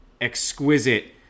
exquisite